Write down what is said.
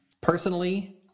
Personally